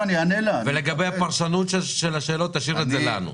את הפרשנות של השאלות תשאיר לנו.